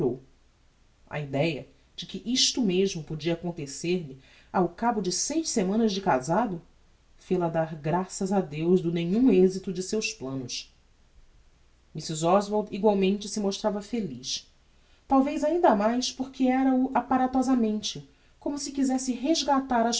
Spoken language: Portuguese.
a ideia de que isto mesmo podia acontecer lhe ao cabo de seis semanas de casado fel-a dar graças a deus do nenhum exito de seus planos mrs oswald egualmente se mostrava feliz talvez ainda mais porque era-o apparatosamente como se quizesse resgatar as